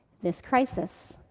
this crisis,